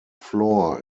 floor